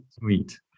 Sweet